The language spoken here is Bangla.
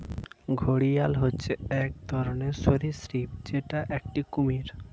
ঘড়িয়াল হচ্ছে এক ধরনের সরীসৃপ যেটা একটি কুমির